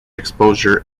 exposure